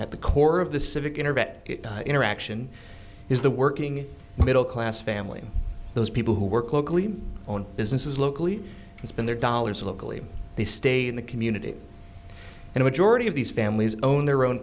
at the core of the civic internet interaction is the working middle class family those people who work locally owned businesses locally it's been their dollars locally they stay in the community and majority of these families own their own